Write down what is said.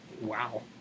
Wow